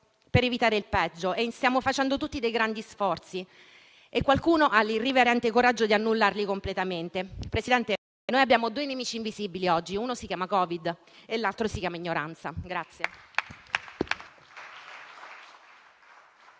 per evitare il peggio. Stiamo facendo tutti dei grandi sforzi e qualcuno ha l'irriverente coraggio di annullarli completamente. Signor Presidente, noi abbiamo due nemici invisibili oggi: uno si chiama Covid-19 e l'altro si chiama ignoranza.